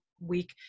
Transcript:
week